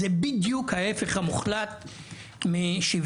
זה בדיוק ההיפך המוחלט משוויון,